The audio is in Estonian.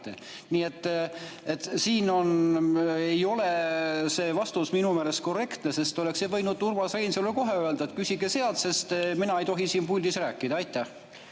Nii et siin ei ole see vastus minu meelest korrektne. Te oleksite võinud Urmas Reinsalule kohe öelda, et küsige sealt, sest mina ei tohi siin puldis rääkida. Juhin